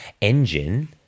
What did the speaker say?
engine